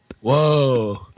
whoa